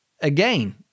again